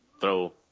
throw